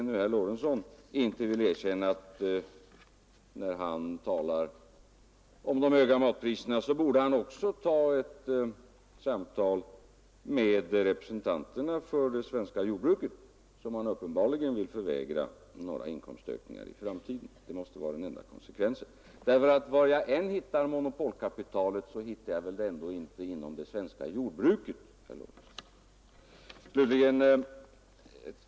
När herr Lorentzon talar om de höga matpriserna borde han också ta ett samtal med representanterna för det svenska jordbruket, som han uppenbarligen vill förvägra alla inkomstökningar i framtiden. Det måste vara den enda konsekvensen. Var jag än hittar monopolkapitalet är det väl ändå inte inom det svenska jordbruket, herr Lorentzon.